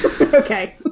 Okay